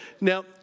Now